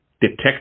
detect